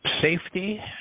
Safety